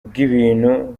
bw’ibintu